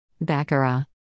Baccarat